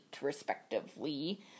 respectively